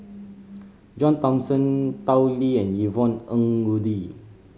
John Thomson Tao Li and Yvonne Ng Uhde